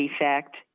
effect